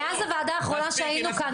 מאז הוועדה האחרונה שהיינו כאן,